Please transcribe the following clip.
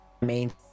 main